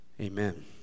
Amen